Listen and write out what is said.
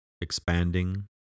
expanding